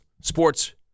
sports